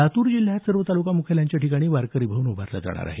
लातूर जिल्ह्यात सर्व तालुका मुख्यालयाच्या ठिकाणी वारकरी भवन उभारलं जाणार आहे